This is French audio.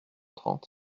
trente